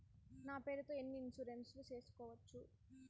నా పేరుతో ఎన్ని ఇన్సూరెన్సులు సేసుకోవచ్చు?